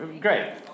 great